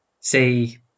say